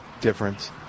difference